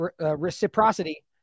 reciprocity